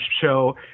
show